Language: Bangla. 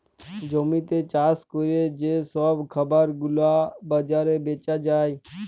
জমিতে চাষ ক্যরে যে সব খাবার গুলা বাজারে বেচা যায়